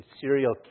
serial